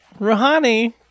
Rouhani